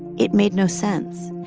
it made no sense.